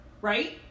right